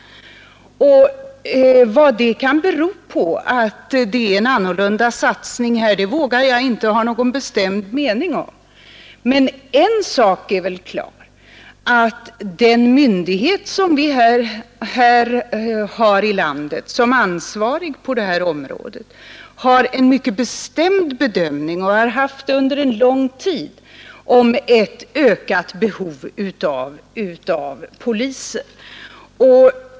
Anledningen till att det här görs en olika satsning vågar jag inte ha någon bestämd mening om. Men en sak är väl klar, nämligen att den myndighet som i vårt land är ansvarig på detta område har och under en lång tid har haft en mycket bestämd bedömning om ett ökat behov av poliser.